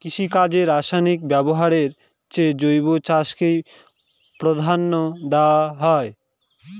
কৃষিকাজে রাসায়নিক ব্যবহারের চেয়ে জৈব চাষকে প্রাধান্য দেওয়া হয়